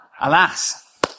Alas